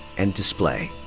and display.